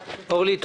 מס' 4468,